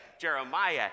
Jeremiah